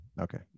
Okay